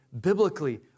biblically